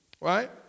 right